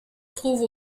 trouve